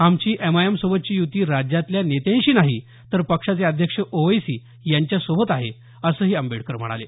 आमची एमआयएमसोबतची यु्ती राज्यातल्या नेत्याशी नाही तर पक्षाचे अध्यक्ष ओवैसी यांच्यासोबत आहे असं ते म्हणाले